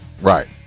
Right